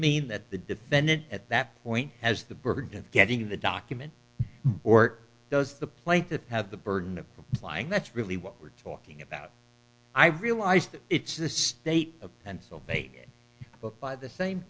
mean that the defendant at that point has the burden of getting the document or does the plaintiff have the burden of lying that's really what we're talking about i realize that it's the state of pennsylvania but by the same